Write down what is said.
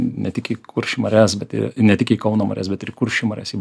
ne tik į kuršių marias bet ne tik į kauno marias bet ir į kuršių marias į